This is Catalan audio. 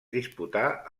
disputà